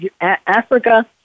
Africa